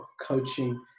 coaching